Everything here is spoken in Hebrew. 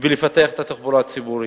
ולפתח את התחבורה הציבורית.